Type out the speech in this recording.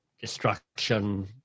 destruction